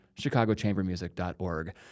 chicagochambermusic.org